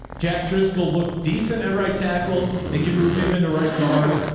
jack driscoll look decent at right tackle. they can move him into right guard.